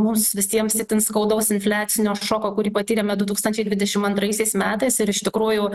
mums visiems itin skaudaus infliacinio šoko kurį patyrėme du tūkstančiai dvidešim antraisiais metais ir iš tikrųjų